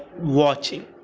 watching